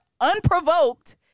unprovoked